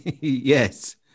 Yes